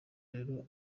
rero